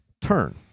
turn